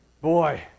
Boy